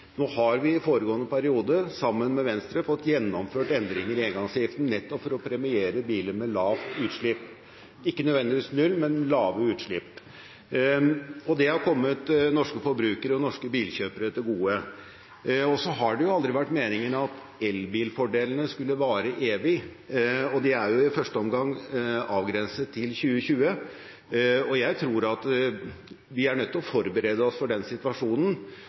Nå har vi i foregående periode, sammen med Venstre, fått gjennomført endringer i engangsavgiften, nettopp for å premiere biler med lave utslipp, ikke nødvendigvis null, men lave utslipp, og det har kommet norske forbrukere og norske bilkjøpere til gode. Så har det aldri vært meningen at elbilfordelene skulle vare evig. Det er i første omgang avgrenset til 2020. Jeg tror at vi er nødt til å forberede oss på den situasjonen